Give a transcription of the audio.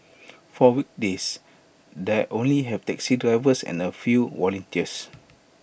for weekdays they only have taxi drivers and A few volunteers